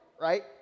right